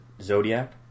Zodiac